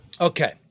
Okay